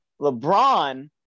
LeBron